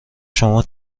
شما